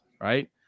right